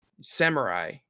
samurai